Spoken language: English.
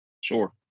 sure